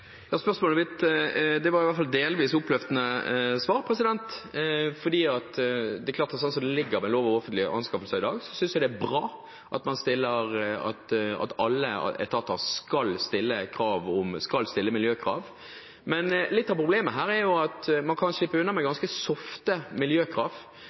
Det var iallfall delvis et oppløftende svar på spørsmålet mitt. Slik som lov om offentlige anskaffelser foreligger i dag, synes jeg det er bra at alle etater skal stille miljøkrav. Men litt av problemet her er jo at man kan slippe unna med